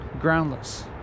groundless